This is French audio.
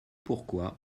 pourquoi